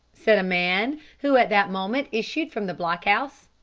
said a man who at that moment issued from the block-house.